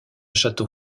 château